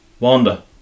Wanda